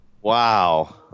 Wow